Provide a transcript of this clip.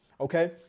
okay